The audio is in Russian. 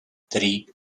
три